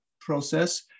process